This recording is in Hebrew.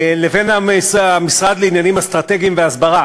לבין המשרד לעניינים אסטרטגיים והסברה.